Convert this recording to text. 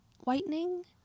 whitening